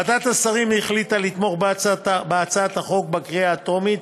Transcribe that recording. ועדת השרים החליטה לתמוך בהצעת החוק בקריאה הטרומית,